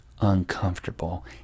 uncomfortable